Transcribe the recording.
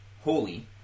holy